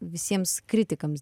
visiems kritikams